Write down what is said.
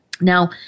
Now